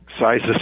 sizes